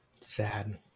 sad